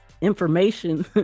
information